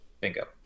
bingo